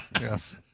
Yes